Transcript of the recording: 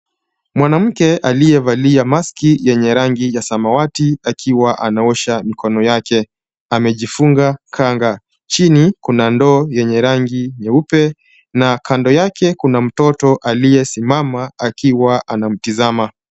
Mwanamke aliyevalia maski yenye rangi ya samawati akiwa anaosha mikono yake, amejifunga kanga. Chini kuna ndoo yenye rangi nyeupe na kando yake kuna mtoto aliyesimama akiwa anamtazama.